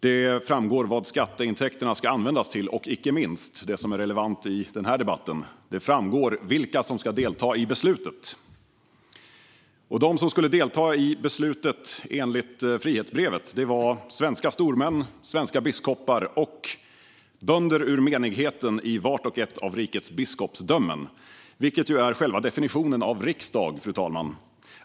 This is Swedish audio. Det framgår vad skatteintäkterna ska användas till och, icke minst, framgår det som är relevant i denna debatt: vilka som ska delta i beslutet. Och de som enligt frihetsbrevet skulle delta i beslutet var svenska stormän, svenska biskopar och bönder ur menigheten i vart och ett av rikets biskopsdömen, vilket ju är själva definitionen av riksdag, fru talman.